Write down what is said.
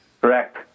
Correct